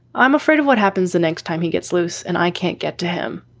i'm afraid of what happens the next time he gets loose and i can't get to him.